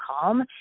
calm